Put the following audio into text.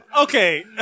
okay